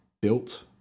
built